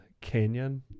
canyon